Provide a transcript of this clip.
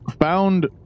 found